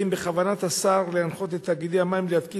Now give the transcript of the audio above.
האם בכוונת השר להנחות את תאגידי המים להתקין